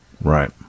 Right